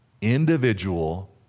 individual